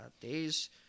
Days